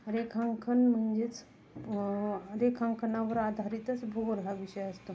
रेखांकन म्हणजेच रेखांकनावर आधारितच भूगोल हा विषय असतो